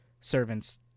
servants